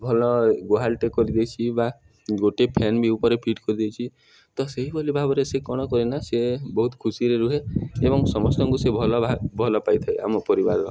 ଭଲ ଗୁହାଳଟେ କରିଦେଇଛି ବା ଗୋଟେ ଫ୍ୟାନ୍ ବି ଉପରେ ଫିଟ୍ କରିଦେଇଛି ତ ସେହିଭଳି ଭାବରେ ସେ କ'ଣ କରେନା ସେ ବହୁତ ଖୁସିରେ ରୁହେ ଏବଂ ସମସ୍ତଙ୍କୁ ସେ ଭଲ ଭଲ ପାଇଥାଏ ଆମ ପରିବାରର